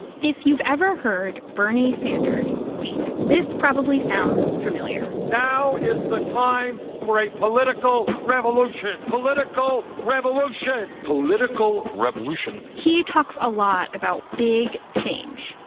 if you've ever heard bernie sanders speak, this probably sounds familiar. now is the time for a political revolution! political revolution! political, revolution! he talks a lot about big change.